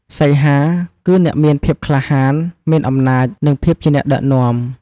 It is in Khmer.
សីហា គឺអ្នកមានភាពក្លាហាន មានអំណាច និង ភាពជាអ្នកដឹកនាំ។